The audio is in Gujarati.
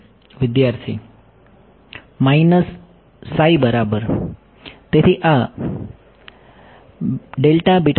વિદ્યાર્થી psi બાર